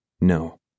No